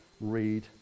read